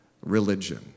religion